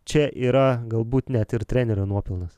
čia yra galbūt net ir trenerio nuopelnas